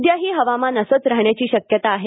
उद्याही हवामान असंच राहण्याची शक्यता आहे